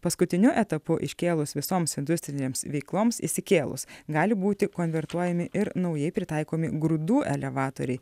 paskutiniu etapu iškėlus visoms industrinėms veikloms įsikėlus gali būti konvertuojami ir naujai pritaikomi grūdų elevatoriai